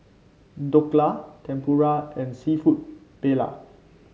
Dhokla Tempura and seafood Paella